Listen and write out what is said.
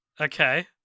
Okay